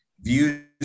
views